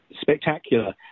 spectacular